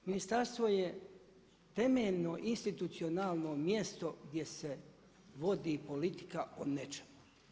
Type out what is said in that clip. Ministarstvo je temeljno institucionalno mjesto gdje se vodi politika o nečemu.